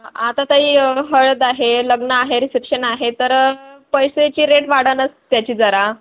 आता ताई हळद आहे लग्न आहे रिसेप्शन आहे तर पैशाची रेट वाढंलच त्याची जरा